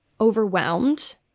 overwhelmed